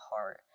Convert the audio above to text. heart